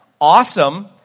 Awesome